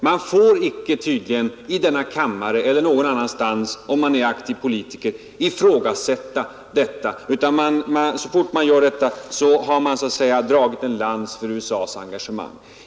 Man får tydligen inte i denna kammaren eller någon annanstans, om man är aktiv politiker, ifrågasätta detta. Så fort man gör det anses man ha dragit en lans för USA :s engagemang.